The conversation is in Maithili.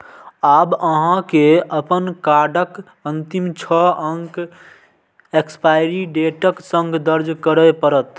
आब अहां के अपन कार्डक अंतिम छह अंक एक्सपायरी डेटक संग दर्ज करय पड़त